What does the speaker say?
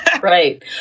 right